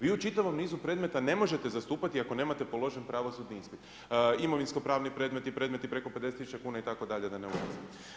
Vi u čitavom nizu predmeta ne možete zastupati ako nemate položen pravosudni ispit, imovinsko pravni predmeti i predmeti preko 50 tisuća kuna itd., da ne ulazim.